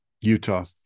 Utah